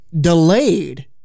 delayed